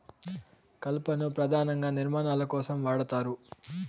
కలపను పధానంగా నిర్మాణాల కోసం వాడతారు